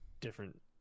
different